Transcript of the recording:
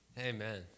Amen